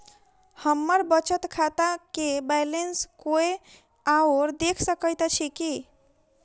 हम्मर बचत खाता केँ बैलेंस कोय आओर देख सकैत अछि की